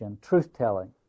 truth-telling